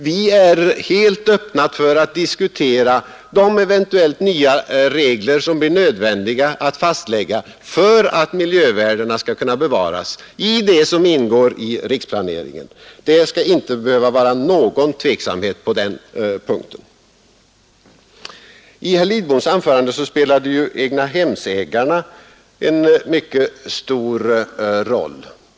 Vi är fullt öppna för att diskutera de eventuellt nya regler som blir nödvändiga att fastlägga för att miljövärdena skall kunna bevaras i det som ingår i riksplaneringen. Det skall inte behöva vara någon tveksamhet på denna punkt. I herr Lidboms anförande spelade egnahemsägarna en mycket stor roll.